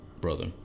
brother